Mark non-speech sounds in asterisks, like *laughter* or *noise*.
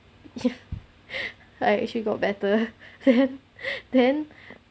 ya *breath* I actually got better then